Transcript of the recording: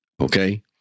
Okay